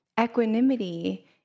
Equanimity